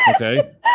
Okay